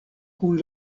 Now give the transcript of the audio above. kun